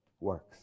works